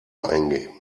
eingeben